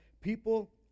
people